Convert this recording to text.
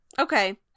Okay